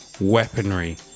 weaponry